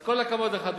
אז כל הכבוד לך.